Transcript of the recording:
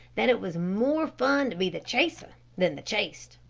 that it was more fun to be the chaser than the chased.